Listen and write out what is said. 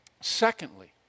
Secondly